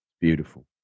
Beautiful